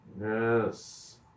Yes